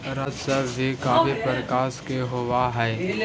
राजस्व भी काफी प्रकार के होवअ हई